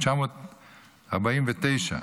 התש"ט 1949,